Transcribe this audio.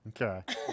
Okay